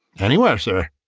anywhere, sir.